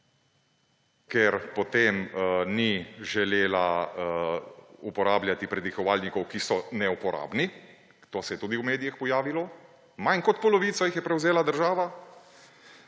ker potem ni želela uporabljati predihovalnikov, ki so neuporabni, to se je tudi v medijih pojavilo. Manj kot polovico jih je prevzela država